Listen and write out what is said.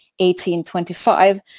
1825